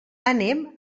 anem